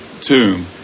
tomb